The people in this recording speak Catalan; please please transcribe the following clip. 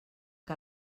que